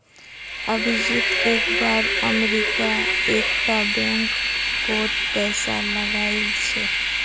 अभिजीत एक बार अमरीका एक टा बैंक कोत पैसा लगाइल छे